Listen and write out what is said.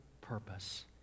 purpose